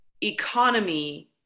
economy